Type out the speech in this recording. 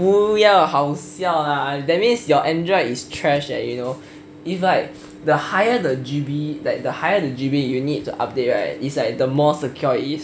不要好笑 lah that means your android is trash eh you know if like the higher the G_B you need to update right it's like the more secure it is